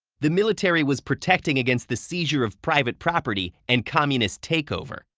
the military was protecting against the seizure of private property and communist takeover.